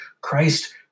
Christ